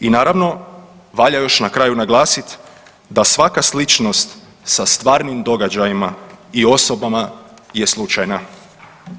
I naravno, valja još na kraju naglasiti da svaka sličnost sa stvarnim događajima i osobama je slučajna.